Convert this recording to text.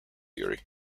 theory